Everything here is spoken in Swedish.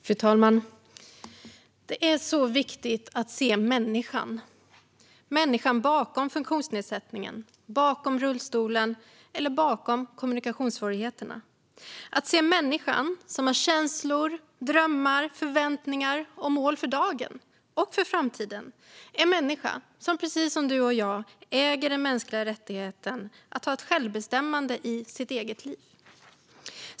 Fru talman! Det är så viktigt att se människan - människan bakom funktionsnedsättningen, bakom rullstolen eller bakom kommunikationssvårigheterna. Det är viktigt att se människan, som har känslor, drömmar, förväntningar och mål för dagen - och för framtiden. Det är en människa som precis som du och jag äger den mänskliga rättigheten att ha självbestämmande i sitt eget liv.